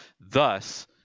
thus